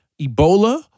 Ebola